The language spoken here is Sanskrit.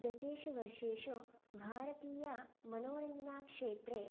गतेषु वर्षेषु भारतीयमनोरञ्जनक्षेत्रे